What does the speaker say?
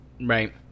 right